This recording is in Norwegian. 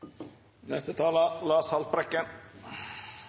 Neste taler er representanten Lars Haltbrekken,